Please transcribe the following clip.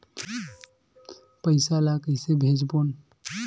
पईसा ला कइसे भेजबोन?